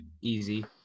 easy